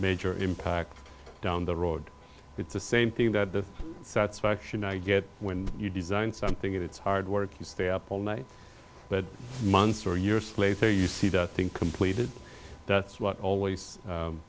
major impact down the road it's the same thing that the satisfaction i get when you design something it's hard work you stay up all night months or years later you see that thing completed that's what always